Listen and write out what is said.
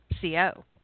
CO